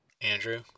Andrew